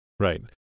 Right